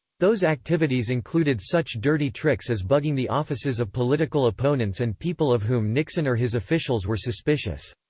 those activities included such dirty tricks as bugging the offices of political opponents and people of whom nixon or his officials were suspicious.